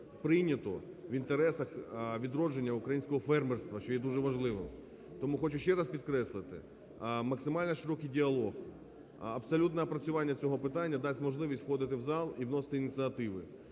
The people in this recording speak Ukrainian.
прийнято в інтересах відродження українського фермерства, що є дуже важливим. Тому хочу ще раз підкреслити, максимально широкий діалог, абсолютне опрацювання цього питання дасть можливість входити в зал і вносити ініціативи.